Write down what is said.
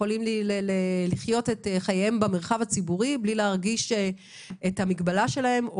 יכולים לחיות את חייהם במרחב הציבורי בלי להרגיש את המגבלה שלהם,